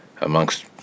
amongst